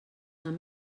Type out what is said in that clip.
han